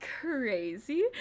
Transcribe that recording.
crazy